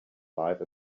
life